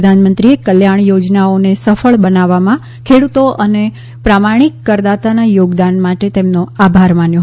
પ્રધાનમંત્રીએ કલ્યાણ યોજનાઓને સફળ બનાવવામાં ખેડૂતો અને પ્રામાણિક કરદાતાના યોગદાન માટે તેમનો આભાર માન્યો